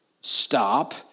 stop